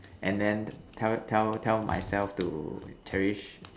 and then tell tell tell myself to cherish